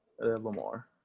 Lamar